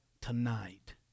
tonight